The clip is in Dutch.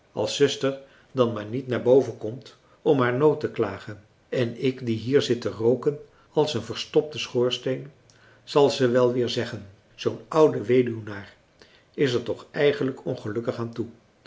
als zuster dan maar niet naar boven komt om haar nood te klagen en ik die hier zit te rooken als een verstopte schoorsteen zal ze wel weer zeggen zoo'n oude weduwnaar is er toch eigenlijk ongelukkig aan toe